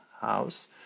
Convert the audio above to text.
house